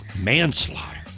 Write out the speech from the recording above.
Manslaughter